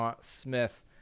Smith